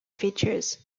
features